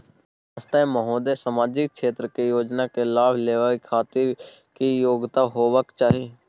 नमस्ते महोदय, सामाजिक क्षेत्र के योजना के लाभ लेबै के खातिर की योग्यता होबाक चाही?